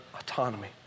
autonomy